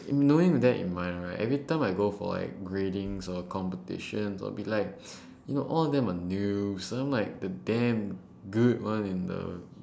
knowing that in mind right every time I go for like gradings or competitions I'll be like you know all of them are noobs and I'm like the damn good one in the